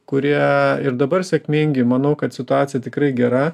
kurie ir dabar sėkmingi manau kad situacija tikrai gera